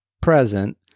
present